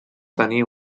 tenir